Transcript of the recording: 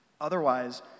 Otherwise